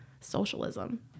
socialism